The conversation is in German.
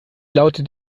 lautet